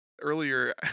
earlier